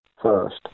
First